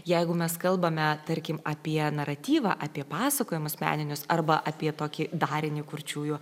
jeigu mes kalbame tarkim apie naratyvą apie pasakojimus meninius arba apie tokį darinį kurčiųjų